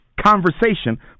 conversation